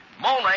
Mole